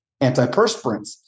antiperspirants